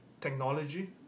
technology